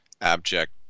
abject